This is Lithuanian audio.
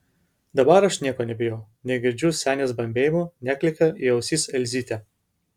dabar aš nieko nebijau negirdžiu senės bambėjimų neklykia į ausis elzytė